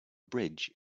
bridge